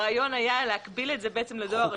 הרעיון היה להקביל את זה לדואר רשום.